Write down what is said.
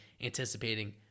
anticipating